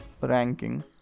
ranking